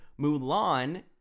Mulan